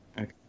Okay